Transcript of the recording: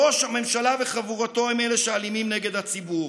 ראש הממשלה וחבורתו הם אלה שאלימים נגד הציבור.